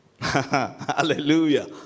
hallelujah